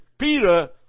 Peter